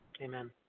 Amen